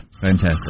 fantastic